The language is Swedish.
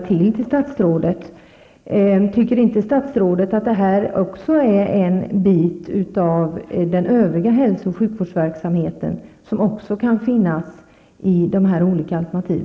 Tycker inte statsrådet att även detta är en del av den övriga hälso och sjukvårdsverksamheten som kan finnas inom dessa olika alternativ?